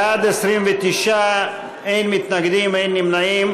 בעד, 29, אין מתנגדים, אין נמנעים.